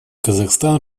казахстан